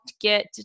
get